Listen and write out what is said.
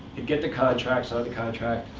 he'd get the contract, sign the contract,